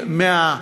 למכור,